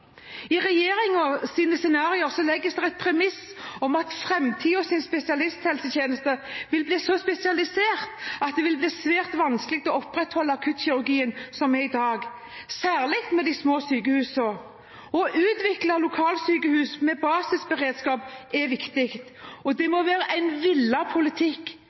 legges det et premiss om at framtidens spesialisthelsetjeneste vil bli så spesialisert at det vil bli svært vanskelig å opprettholde akuttkirurgien som er i dag, særlig for de små sykehusene. Å utvikle lokalsykehus med basisberedskap er viktig, og det må være en villet politikk.